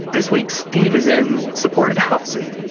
this week steve is in supported housing.